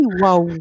wow